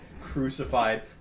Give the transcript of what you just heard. crucified